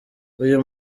uyu